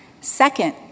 Second